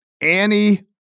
Annie